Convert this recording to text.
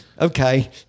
okay